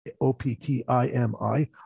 O-P-T-I-M-I